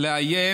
לאיים